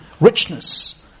Richness